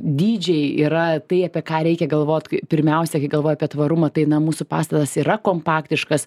dydžiai yra tai apie ką reikia galvot pirmiausia kai galvoji apie tvarumą tai na mūsų pastatas yra kompaktiškas